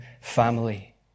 family